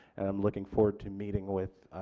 i'm looking forward to meeting with